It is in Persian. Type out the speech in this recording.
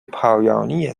پایانی